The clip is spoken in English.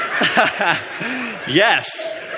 Yes